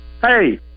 Hey